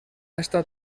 estat